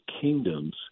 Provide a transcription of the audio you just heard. kingdoms